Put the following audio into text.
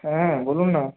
হ্যাঁ বলুন না